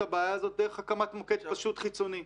הבעיה הזאת דרך הקמת מוקד פשוט חיצוני,